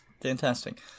fantastic